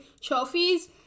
trophies